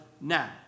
now